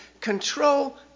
control